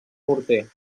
morter